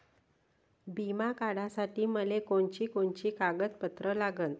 बिमा काढासाठी मले कोनची कोनची कागदपत्र लागन?